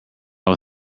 will